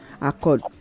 accord